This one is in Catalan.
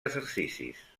exercicis